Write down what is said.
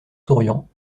souriant